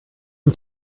zum